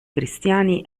cristiani